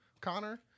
Connor